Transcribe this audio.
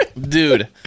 dude